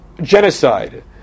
genocide